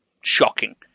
shocking